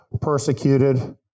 persecuted